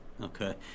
Okay